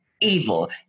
evil